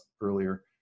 earlier